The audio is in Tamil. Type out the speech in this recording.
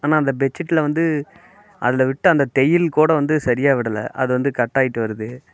ஆனால் அந்த பெட் ஷீட்டில் வந்து அதில் விட்ட அந்த தையல் கூட வந்து சரியாக விடலை அது வந்து கட்டாகிட்டு வருது